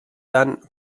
dann